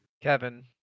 kevin